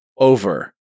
Over